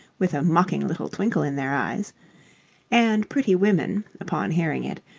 with a mocking little twinkle in their eyes and pretty women, upon hearing it,